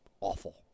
awful